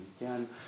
again